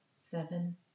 seven